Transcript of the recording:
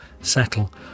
settle